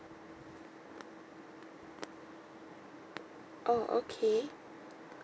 oh okay